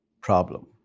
problem